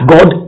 God